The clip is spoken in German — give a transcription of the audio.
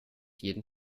jeden